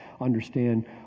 understand